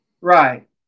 Right